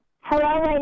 Hello